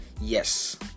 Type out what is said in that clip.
Yes